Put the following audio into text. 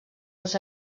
els